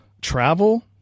travel